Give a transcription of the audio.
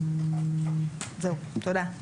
תודה.